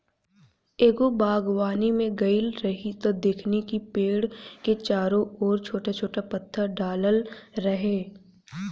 एगो बागवानी में गइल रही त देखनी कि पेड़ के चारो ओर छोट छोट पत्थर डालल रहे